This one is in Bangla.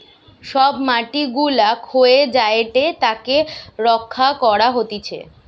সব মাটি গুলা ক্ষয়ে যায়েটে তাকে রক্ষা করা হতিছে